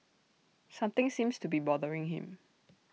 something seems to be bothering him